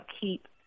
keep